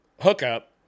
hookup